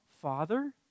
Father